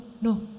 no